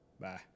Bye